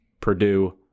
purdue